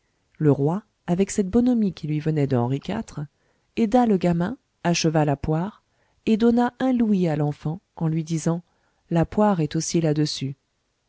le roi avec cette bonhomie qui lui venait de henri iv aida le gamin acheva la poire et donna un louis à l'enfant en lui disant la poire est aussi là-dessus